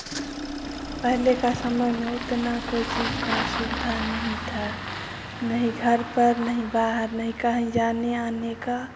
पहले का समय में उतना कोई चीज़ का सुविधा नहीं था नहीं घर पर नहीं बाहर नहीं कहीं जाने आने का